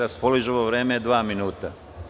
Raspoloživo vreme je dva minuta.